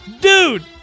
Dude